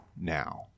now